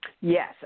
Yes